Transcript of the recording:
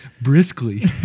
briskly